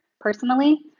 personally